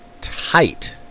tight